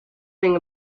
thing